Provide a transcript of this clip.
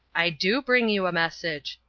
i do bring you a message,